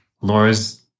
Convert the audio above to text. Laura's